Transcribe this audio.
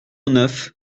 neuf